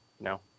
No